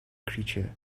creature